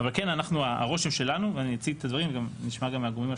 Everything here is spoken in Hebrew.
אבל כן הרושם שלנו ואני אציג את הדברים וגם נשמע גם מהגורמים השונים,